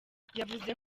yavuze